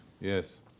yes